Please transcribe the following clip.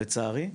לצערי,